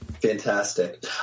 Fantastic